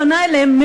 פנה אליהם.